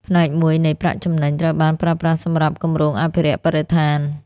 ផ្នែកមួយនៃប្រាក់ចំណេញ ត្រូវបានប្រើប្រាស់សម្រាប់គម្រោងអភិរក្សបរិស្ថាន។